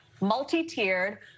multi-tiered